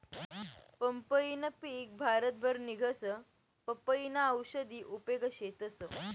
पंपईनं पिक भारतभर निंघस, पपयीना औषधी उपेग शेतस